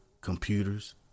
computers